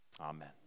Amen